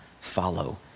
follow